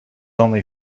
only